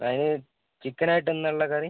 അതിന് ചിക്കനായിട്ട് എന്താ ഉള്ളത് കറി